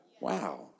Wow